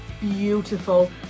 beautiful